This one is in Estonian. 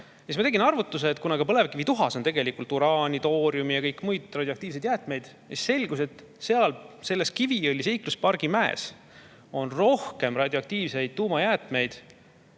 ma tegin arvutuse – ka põlevkivituhas on uraani, tooriumi ja kõiki muid radioaktiivseid jäätmeid – ja selgus, et selles Kiviõli seikluspargi mäes on rohkem radioaktiivseid tuumajäätmeid,